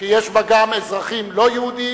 שיש בה גם אזרחים לא יהודים,